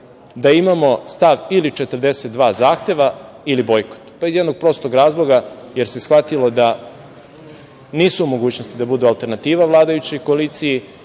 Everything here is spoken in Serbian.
da imamo stav ili 42 zahteva ili bojkot. Pa iz jednog prostog razloga, jer se shvatilo da nisu u mogućnosti da budu alternativa vladajućoj koaliciji